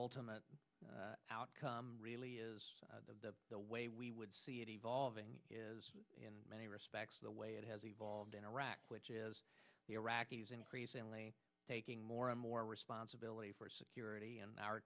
ultimate outcome really is the way we would see it evolving is in many respects the way it has evolved in iraq which is the iraqis increasingly taking more and more responsibility for security and are